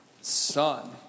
Son